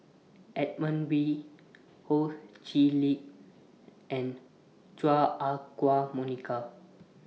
Edmund Wee Ho Chee Lick and Chua Ah Huwa Monica